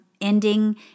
ending